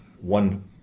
One